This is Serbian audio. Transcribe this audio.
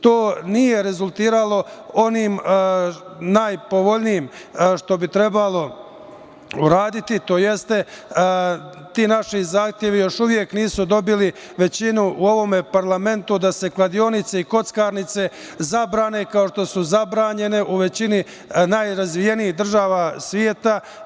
To nije rezultiralo onim najpovoljnijim što bi trebalo uraditi, to jeste, ti naši zahtevi još uvek nisu dobili većinu u ovom parlamentu da se kladionice i kockarnice zabrane kao što su zabranjene u većini najrazvijenijih država sveta.